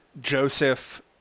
Joseph